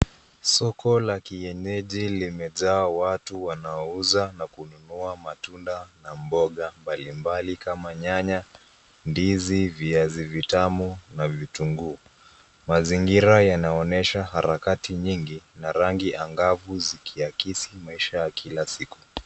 Soko la kienyeji limejaa watu wanaouza na kununua matunda na mboga mbalimbali kama nyanya, ndizi, viazi vitamu na vitunguu. Mazingira yanaonyesha harakati nyingi na rangi angavu zikiakisi maisha ya kila siku.